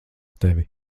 tevi